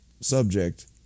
subject